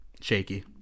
shaky